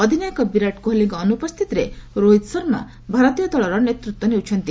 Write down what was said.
ଅଧିନାୟକ ବିରାଟ କୋହଲିଙ୍କ ଅନୁପସ୍ଥିତିରେ ରୋହିତ ଶର୍ମା ଭାରତୀୟ ଦଳର ନେତୃତ୍ୱ ନେଉଛନ୍ତି